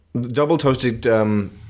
double-toasted